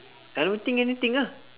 I don't think anything ah